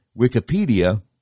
Wikipedia